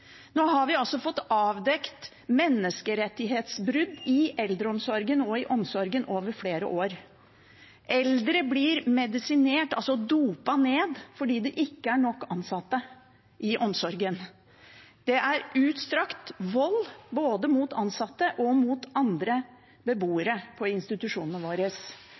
Nå har vi fått avdekket menneskerettighetsbrudd i eldreomsorgen og i omsorgen over flere år. Eldre blir medisinert, altså dopet ned, fordi det ikke er nok ansatte i omsorgen. Det er utstrakt bruk av vold både mot ansatte og mot andre beboere på institusjonene våre.